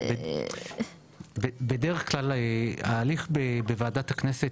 בדרך כלל ההליך בוועדת הכנסת,